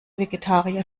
vegetarier